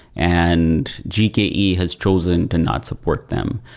and gke has chosen to not support them.